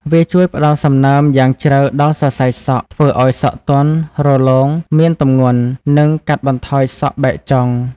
វាជួយ ផ្ដល់សំណើម យ៉ាងជ្រៅដល់សរសៃសក់ ធ្វើឱ្យសក់ទន់ រលោង មានទម្ងន់ និង កាត់បន្ថយសក់បែកចុង។